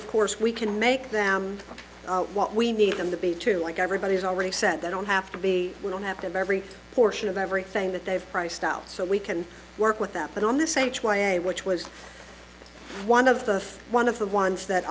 of course we can make them what we need them to be too like everybody has already said they don't have to be we don't have to of every portion of every thing that they have priced out so we can work with that but on this h y a which was one of the one of the ones that